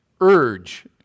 urge